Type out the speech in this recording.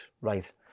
right